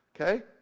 okay